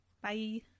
Bye